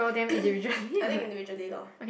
I think individually loh